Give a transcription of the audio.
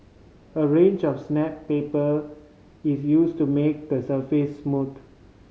a range of paper is used to make the surface smooth